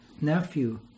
nephew